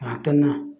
ꯉꯥꯛꯇꯅ